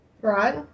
Right